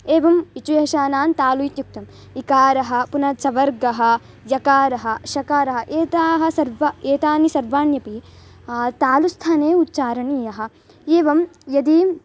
एवम् इचुयेशानां तालु इत्युक्तम् इकारः पुनः चवर्गः यकारः शकारः एतानि सर्वाणि एतानि सर्वाण्यपि तालुस्थाने उच्चारणीयानि एवं यदि